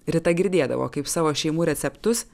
rita girdėdavo kaip savo šeimų receptus